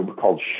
called